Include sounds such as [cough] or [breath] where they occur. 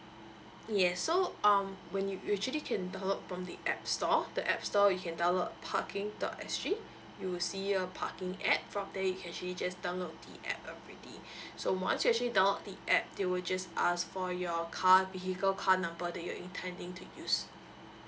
yes so um when you usually can download from the app store the app store you can download parking dot s g [breath] you will see a parking app from there you can actually just download the app already [breath] so once you've actually download the app they will just ask for your car vehicle car number that you're intending to use